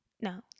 No